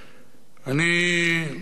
אני אומר לך את האמת,